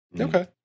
Okay